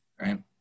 right